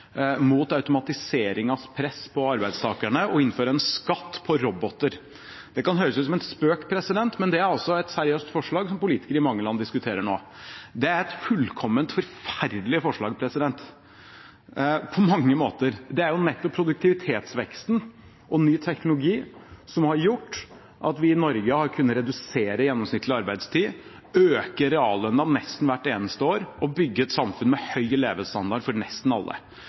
mot automatiseringens press på arbeidstakerne å innføre en skatt på roboter. Det kan høres ut som en spøk, men det er et seriøst forslag som politikere i mange land diskuterer nå. Det er et fullkomment forferdelig forslag på mange måter. Det er nettopp produktivitetsveksten og ny teknologi som har gjort at vi i Norge har kunnet redusere gjennomsnittlig arbeidstid, øke reallønna nesten hvert eneste år og bygge et samfunn med høy levestandard for nesten alle.